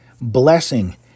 blessing